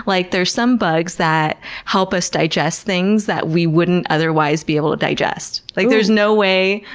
like, there's some bugs that help us digest things that we wouldn't otherwise be able to digest. like there's no way,